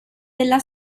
della